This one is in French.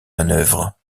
manœuvres